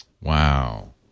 Wow